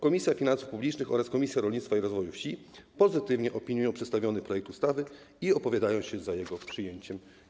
Komisja Finansów Publicznych oraz Komisja Rolnictwa i Rozwoju Wsi pozytywnie opiniują przedstawiony projekt ustawy i opowiadają się za jego przyjęciem.